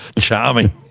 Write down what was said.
Charming